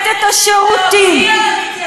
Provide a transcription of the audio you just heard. אני לא אומרת, להוציא, לחייב אותן לתת שירותים.